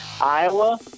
Iowa